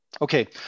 Okay